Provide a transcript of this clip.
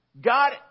God